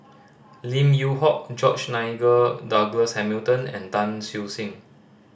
Lim Yew Hock George Nigel Douglas Hamilton and Tan Siew Sin